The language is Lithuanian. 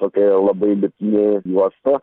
tokia labai lipni juosta